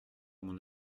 mon